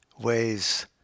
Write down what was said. ways